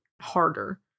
harder